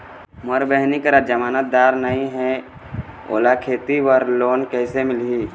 मोर बहिनी करा जमानतदार नई हे, ओला खेती बर लोन कइसे मिलही?